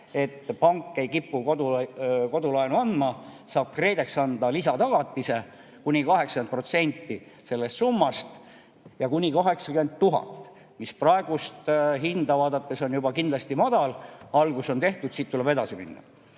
kui pank ei kipu kodulaenu andma, siis saab KredEx anda lisatagatise kuni 80% sellest summast ja kuni 80 000 [eurot]. Praegusi hindu vaadates on see kindlasti madal, aga algus on tehtud, siit tuleb edasi minna.